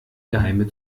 geheime